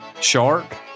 shark